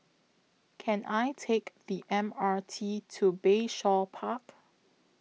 Can I Take The M R T to Bayshore Park